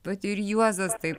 vat ir juozas taip